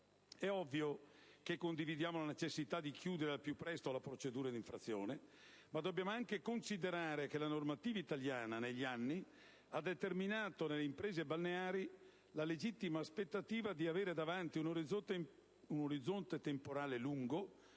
È ovvio che condividiamo la necessità di chiudere al più presto la procedura di infrazione, ma dobbiamo anche considerare che la normativa italiana negli anni ha determinato nelle imprese balneari la legittima aspettativa di avere davanti un orizzonte temporale lungo